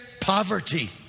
Poverty